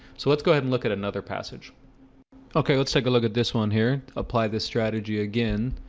so let's go ahead and look at another passage okay, let's take a look at this one here apply this strategy again.